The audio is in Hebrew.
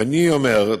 ואני אומר,